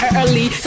early